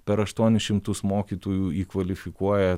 per aštuonis šimtus mokytojų įkvalifikuoja